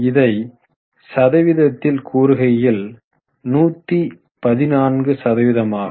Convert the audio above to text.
இதை சதவீதத்தில் கூறுகையில் 114 சதவீதமாகும்